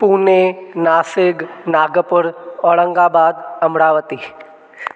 Pune Nashik Nagpur Aurangabad Amravati